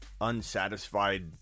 unsatisfied